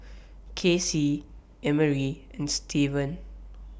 Kasie Emery and Stevan